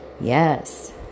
Yes